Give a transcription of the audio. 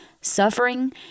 suffering